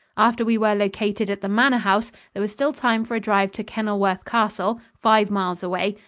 after we were located at the manor house there was still time for a drive to kenilworth castle, five miles away,